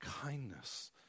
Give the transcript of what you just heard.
kindness